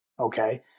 Okay